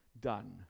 done